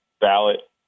ballot